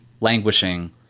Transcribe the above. languishing